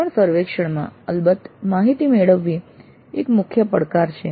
કોઈપણ સર્વેક્ષણમાં અલબત્ત માન્ય માહિતી મેળવવી એ એક મુખ્ય પડકાર છે